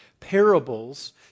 parables